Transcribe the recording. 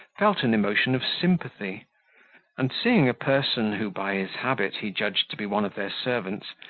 felt an emotion of sympathy and seeing a person, who by his habit he judged to be one of their servants,